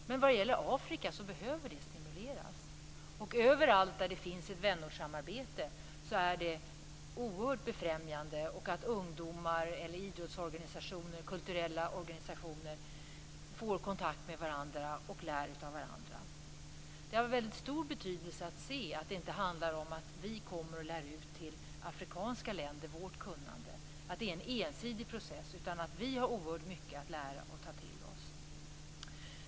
Men samarbetet med Afrika behöver stimuleras. Det vänortssamarbete som finns är oerhört befrämjande. Ungdomar, idrottsorganisationer och kulturella organisationer får kontakt med varandra och lär av varandra. Det har stor betydelse att det inte är fråga om att vi kommer till de afrikanska länderna och skall lära ut vårt kunnande - en ensidig process. Vi har oerhört mycket att lära och ta till oss.